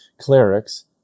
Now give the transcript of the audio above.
clerics